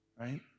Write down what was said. right